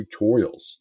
tutorials